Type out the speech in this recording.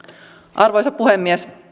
arvoisa puhemies